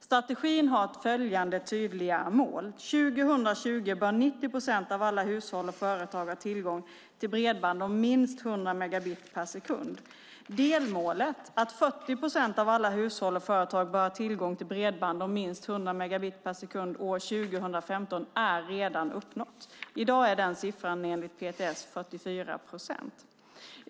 Strategin har följande tydliga delmål: År 2020 bör 90 procent av alla hushåll och företag ha tillgång till bredband om minst 100 megabit per sekund. Delmålet, att 40 procent av alla hushåll och företag bör ha tillgång till bredband om minst 100 megabit per sekund år 2015, är redan uppnått. I dag är den siffran enligt PTS 44 procent.